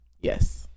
Yes